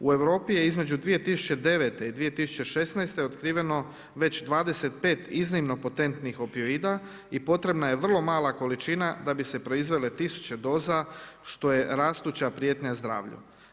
U Europi je između 2009. i 2016. otkriveno već 25 iznimno potentnih opioida i potrebna je vrlo mala količina da bi se proizvele tisuće doza što je rastuća prijetnja zdravlju.